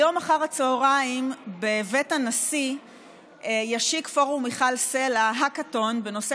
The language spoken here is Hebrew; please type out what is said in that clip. היום אחר הצהריים בבית הנשיא ישיק פורום מיכל סלה האקתון בנושא